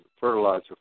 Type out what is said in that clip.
fertilizer